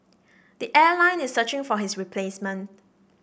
the airline is searching for his replacement